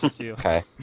okay